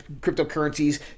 cryptocurrencies